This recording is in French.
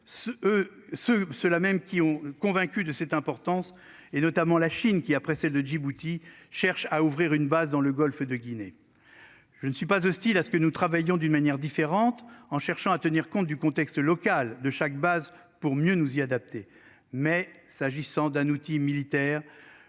ceux-là mêmes qui ont convaincu de cette importance et notamment la Chine qui a pressé de Djibouti cherche à ouvrir une base dans le Golfe de Guinée. Je ne suis pas hostile à ce que nous travaillons d'une manière différente, en cherchant à tenir compte du contexte local de chaque base pour mieux nous y adapter. Mais s'agissant d'un outil militaire